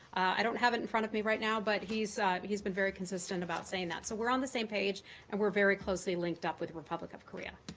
i don't have it in front of me right now, but he's he's been very consistent about saying that. so we're on the same page and we're very closely linked up with the republic of korea.